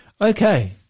Okay